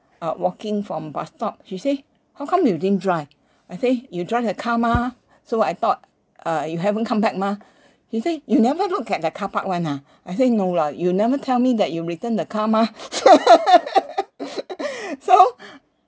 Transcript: uh walking from bus stop she say how come you didn't drive I say you drive the car mah so I thought uh you haven't come back mah she said you never look at the car park one ah I say no lah you never tell me that you returned the car mah so